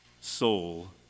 soul